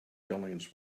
buildings